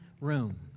room